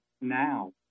now